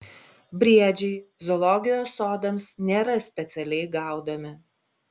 briedžiai zoologijos sodams nėra specialiai gaudomi